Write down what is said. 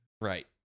Right